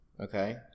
okay